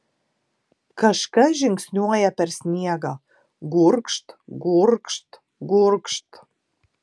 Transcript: kažkas žingsniuoja per sniegą gurgžt gurgžt gurgžt